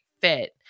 fit